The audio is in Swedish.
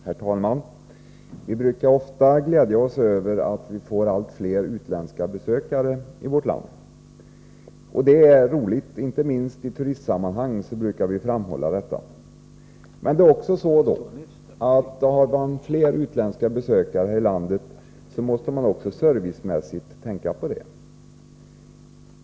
Herr talman! Vi brukar ofta glädja oss åt att vi i vårt land får allt fler utländska besökare. Det är roligt — inte minst i turistsammanhang brukar vi framhålla detta. Men har vi flera utländska besökare här i landet måste vi också servicemässigt tänka på det.